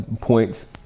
points